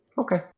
Okay